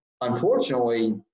unfortunately